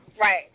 Right